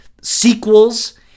sequels